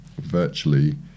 virtually